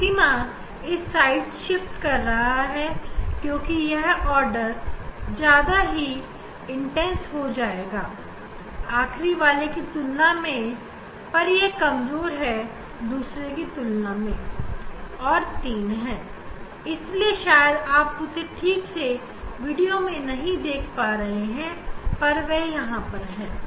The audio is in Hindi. मैक्सिमा इस साइड शिफ्ट कर रहा है इसलिए यह आर्डर और ज्यादा ही इंटेंस हो जाएगा आखरी वाले की तुलना में पर ये कमजोर है दूसरे की तुलना में और तीन है इसलिए शायद आप उसे ठीक से वीडियो में नहीं देख पा रहे हैं पर वह वहां है